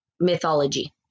mythology